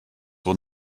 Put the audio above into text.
will